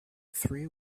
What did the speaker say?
three